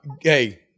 Hey